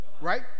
Right